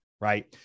right